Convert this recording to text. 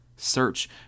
Search